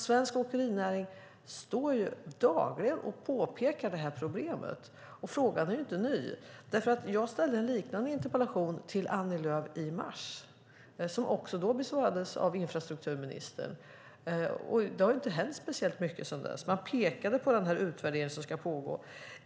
Svensk åkerinäring påpekar dagligen det här problemet, och frågan är ju inte ny. Jag ställde en liknande interpellation till Annie Lööf i mars, som också den besvarades av infrastrukturministern, och det har inte hänt speciellt mycket sedan dess. Man pekade på den utvärdering som skulle göras.